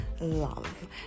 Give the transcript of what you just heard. love